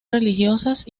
religiosas